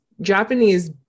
Japanese